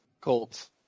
Colts